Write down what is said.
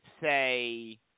say